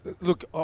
look